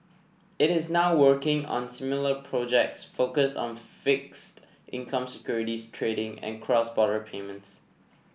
it is now working on similar projects focused on fixed income securities trading and cross border payments